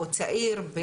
או צעיר,